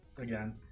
again